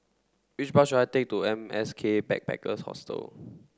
which bus should I take to M S K Backpackers Hostel